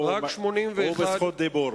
הוא ברשות דיבור.